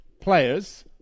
players